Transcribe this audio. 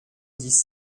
dix